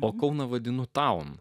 o kauną vadinu taun